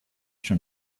from